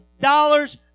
dollars